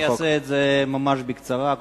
אני אעשה את זה ממש בקצרה.